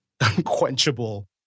unquenchable